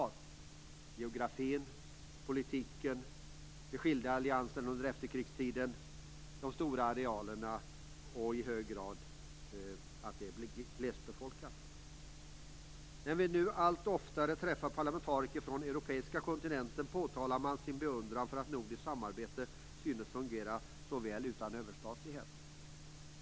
Det gäller geografin, politiken, de skilda allianserna under efterkrigstiden, de stora arealerna och i hög grad att det är glesbefolkat. När vi nu allt oftare träffar parlamentariker från europeiska kontinenten uttrycks en beundran över nordiskt samarbete, som synes fungera så väl utan överstatlighet.